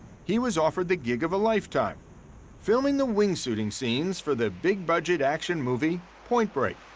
he was offered the gig of a lifetime filming the wingsuiting scenes for the big-budget action movie point break.